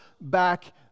back